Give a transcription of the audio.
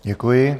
Děkuji.